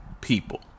people